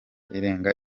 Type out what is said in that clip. irenga